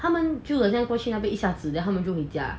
他们就好像过去一下子 then 他们就回家